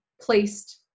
placed